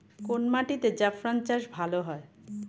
কোন মাটিতে জাফরান চাষ ভালো হয়?